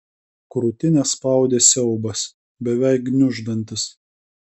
krūtinę spaudė siaubas beveik gniuždantis